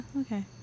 okay